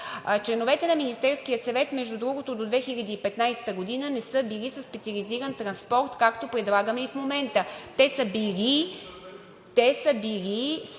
Членовете на Министерския съвет, между другото, до 2015 г. не са били със специализиран транспорт, както предлагаме и в момента. Те са били